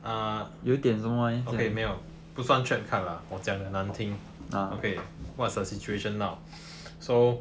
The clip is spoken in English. ah okay 没有不算 check 看 lah 我讲的难听 okay what's the situation now so